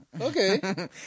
Okay